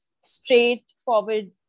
straightforward